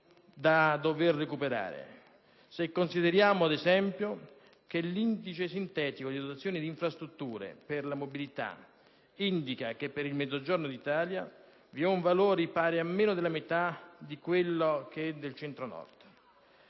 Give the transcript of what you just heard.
da dover recuperare se consideriamo, ad esempio, che l'indice sintetico di dotazione di infrastrutture per la mobilità indica per il Mezzogiorno un valore pari a meno della metà di quello del Centro-Nord.